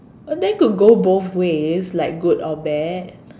or that could be go both ways like good or bad